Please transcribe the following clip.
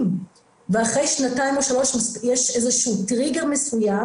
ואחרי שנתיים או שלוש יש איזשהו טריגר מסוים